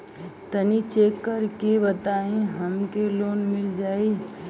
तनि चेक कर के बताई हम के लोन मिल जाई?